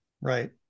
Right